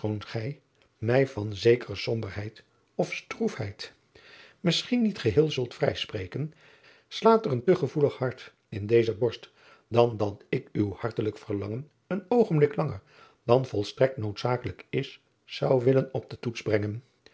mij van zekere somberheid of stoefheid misschien niet geheel zult kunnen vrijspreken staat er een te gevoelig hart in deze borst dan dat ik uw hartelijk verlangen een oogenblik langer dan volstrekt noodzakelijk is zou willen op den toets brengen